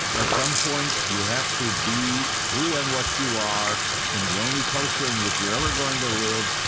at some point, you have to be who and what you are in the only culture in which you're ever going to live,